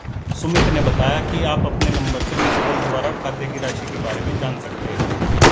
सुमित ने बताया कि आप अपने नंबर से मिसकॉल द्वारा खाते की राशि के बारे में जान सकते हैं